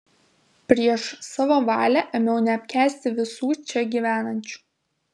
prieš savo valią ėmiau neapkęsti visų čia gyvenančių